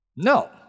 No